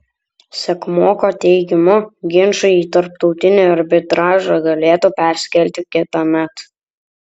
sekmoko teigimu ginčai į tarptautinį arbitražą galėtų persikelti kitąmet